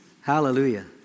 Hallelujah